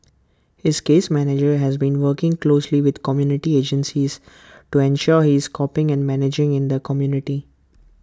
his case manager has been working closely with community agencies to ensure he is coping and managing in the community